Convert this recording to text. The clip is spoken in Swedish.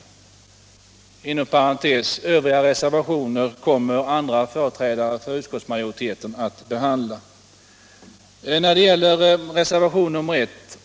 Jag vill inom parentes säga att andra företrädare för utskottsmajoriteten kommer att behandla övriga reservationer.